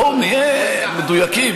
בואו נהיה מדויקים.